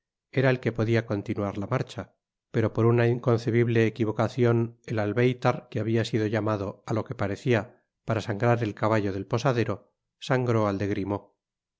era el que podia continuar la marcha pero por una inconcebible equivocacion el albeytar que hibia sido llamado á lo que parecía para sangrar el caballo del posadero sangró al de grimaud